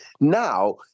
Now